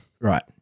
Right